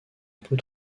peut